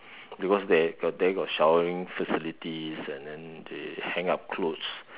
because they got there got showering facilities and then they hang up clothes